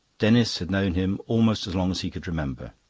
denis had known him almost as long as he could remember.